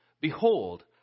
Behold